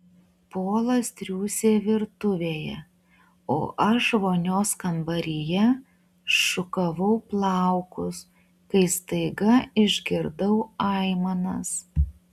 polas triūsė virtuvėje o aš vonios kambaryje šukavau plaukus kai staiga išgirdau aimanas